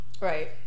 Right